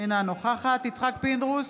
אינה נוכחת יצחק פינדרוס,